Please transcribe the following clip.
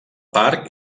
parc